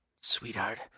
sweetheart